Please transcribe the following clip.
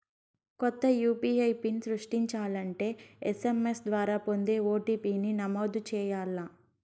కొత్త UPI PIN సృష్టించాలంటే SMS ద్వారా పొందే ఓ.టి.పి.ని నమోదు చేయాల్ల